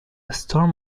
storm